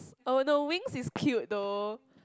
oh no winks is quite though